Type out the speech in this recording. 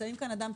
נמצאים כאן אדם,